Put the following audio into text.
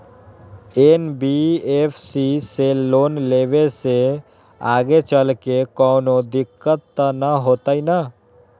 NBFC से loan लेबे से आगेचलके कौनो दिक्कत त न होतई न?